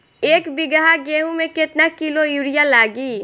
एक बीगहा गेहूं में केतना किलो युरिया लागी?